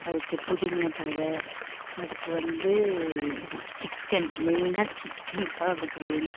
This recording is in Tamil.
அதுக்கு புதினாயா தழை அதுக்கு வந்து சிக்கன் மெயினாக சிக்கன் தான் அதுக்கு வேணும்